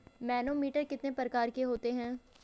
Manometer कितने प्रकार के होते हैं?